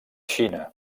xina